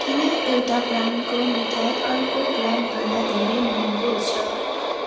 किन एउटा ब्रान्डको मिठाई अर्को ब्रान्डभन्दा धेरै महँगो छ